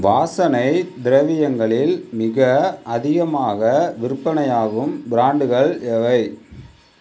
வாசனை திரவியங்களில் மிக அதிகமாக விற்பனையாகும் பிராண்டுகள் எவை